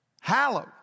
hallowed